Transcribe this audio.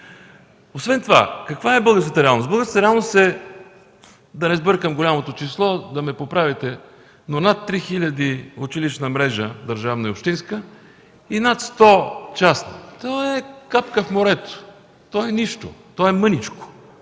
Освен това, каква е българската реалност? Българската реалност е – ако сбъркам голямото число, да ме поправите: училищна мрежа – над 3000 държавна и общинска, и над 100 частни. То е капка в морето, то е нищо, то е мъничко.